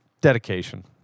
Dedication